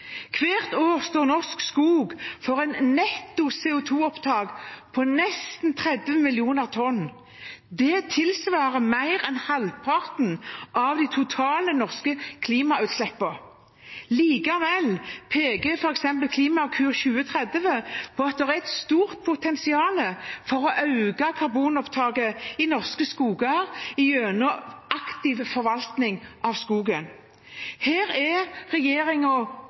Hvert år står norsk skog for et netto CO 2 -opptak på nesten 30 millioner tonn. Det tilsvarer mer enn halvparten av de totale norske klimautslippene. Likevel peker f.eks. Klimakur 2030 på at det er et stort potensial for å øke karbonopptaket i norske skoger gjennom aktiv forvaltning av skogen. Her er